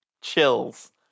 chills